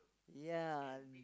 ya